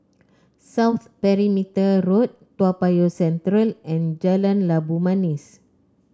South Perimeter Road Toa Payoh Central and Jalan Labu Manis